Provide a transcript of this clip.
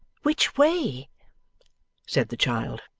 which way said the child.